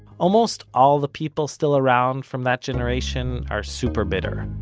almost all the people still around from that generation are super bitter.